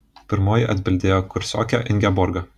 pirmoji atbildėjo kursiokė ingeborga